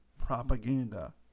propaganda